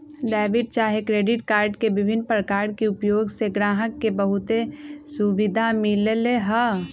debit चाहे credit card के विभिन्न प्रकार के उपयोग से गाहक के बहुते सुभिधा मिललै ह